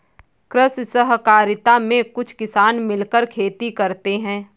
कृषि सहकारिता में कुछ किसान मिलकर खेती करते हैं